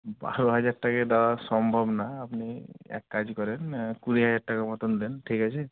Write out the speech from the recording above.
বারো হাজার টাকায় দেওয়া সম্ভব না আপনি এক কাজ করুন কুড়ি হাজার টাকার মতোন দেন ঠিক আছে